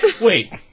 Wait